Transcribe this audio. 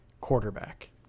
quarterback